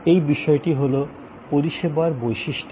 এই বিষয়টি হল পরিষেবার বৈশিষ্ট্য